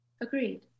Agreed